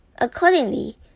Accordingly